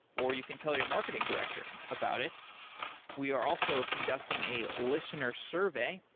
or you can tell your marketing director about it we are also conducting a listener survey.